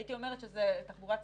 הייתי אומרת שתחבורה ציבורית,